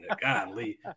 Golly